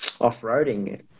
off-roading